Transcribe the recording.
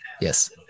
Yes